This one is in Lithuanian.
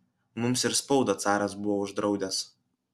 mums ir spaudą caras buvo uždraudęs